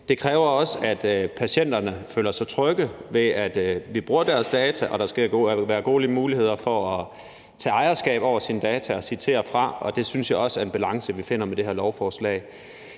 Det kræver også, at patienterne føler sig trygge ved, at vi bruger deres data, og der skal være gode muligheder for at tage ejerskab over sine data og for at sige til og fra, og det synes jeg også er en balance, vi finder med det her lovforslag.